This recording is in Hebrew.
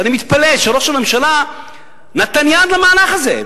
ואני מתפלא שראש הממשלה נתן יד למהלך הזה.